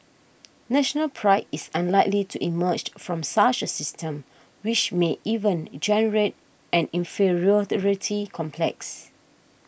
National Pride is unlikely to emerged from such a system which may even generate an inferiority complex